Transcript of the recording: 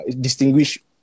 distinguish